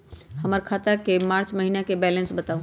हमर खाता के मार्च महीने के बैलेंस के बताऊ?